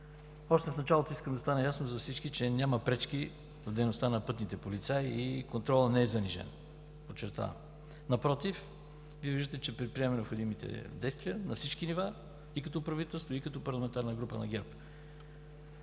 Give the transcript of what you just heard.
Още в началото искам да стане ясно за всички, че няма пречки в дейността на пътните полицаи и контролът не е занижен, напротив, виждате, че предприемаме необходимите действия на всички нива и като правителство, и като парламентарна група на ГЕРБ.